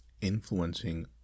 influencing